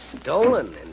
Stolen